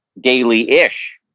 daily-ish